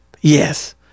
Yes